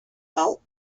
gulp